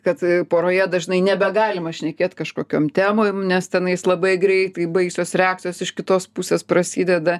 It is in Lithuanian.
kad poroje dažnai nebegalima šnekėt kažkokiom temom nes tenais labai greitai baisios reakcijos iš kitos pusės prasideda